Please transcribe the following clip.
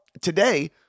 today